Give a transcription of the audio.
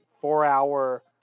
four-hour